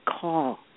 call